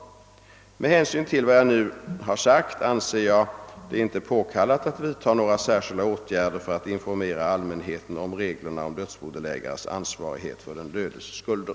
Med hänsyn till vad jag nu har sagt anser jag det inte påkallat att vidta några särskilda åtgärder för att informera allmänheten om reglerna om dödsbodelägares ansvarighet för den dödes skulder.